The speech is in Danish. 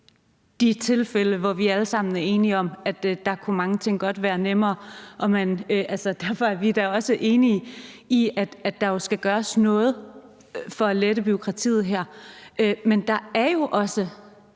de tilfælde, hvor vi alle sammen er enige om, at mange ting godt kunne være nemmere. Og derfor er vi da også enige i, at der jo skal gøres noget for at lette bureaukratiet her. Men der er jo også